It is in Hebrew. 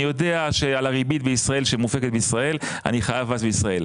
אני יודע שעל הריבית בישראל שמופקת בישראל אני חייב מס בישראל,